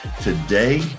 Today